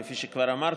כפי שכבר אמרתי,